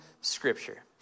Scripture